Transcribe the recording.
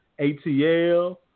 ATL